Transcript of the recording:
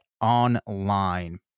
Online